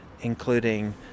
including